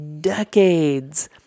Decades